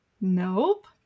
Nope